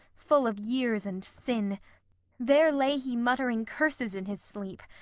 full of years and sin there lay he muttering curses in his sleep,